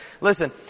Listen